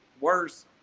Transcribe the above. worse